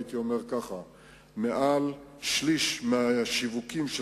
הייתי אומר ככה: מעל שליש מהשיווקים של